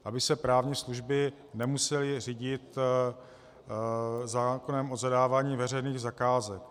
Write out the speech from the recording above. Aby se právní služby nemusely řídit zákonem o zadávání veřejných zakázek.